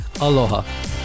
aloha